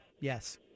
yes